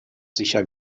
sicher